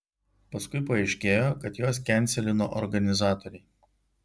paskui paaiškėjo kad juos kenselino organizatoriai